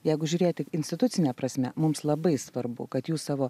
jeigu žiūrėti institucine prasme mums labai svarbu kad jūs savo